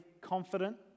confident